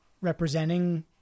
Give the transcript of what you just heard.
representing